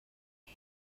nac